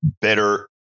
better